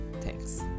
thanks